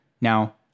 now